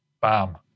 Bam